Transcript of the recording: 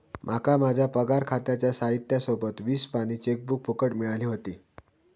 माका माझ्या पगार खात्याच्या साहित्या सोबत वीस पानी चेकबुक फुकट मिळाली व्हती